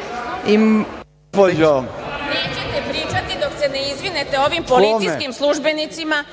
Ne može da se obrati, dok se ne izvini ovim policijskim službenicima,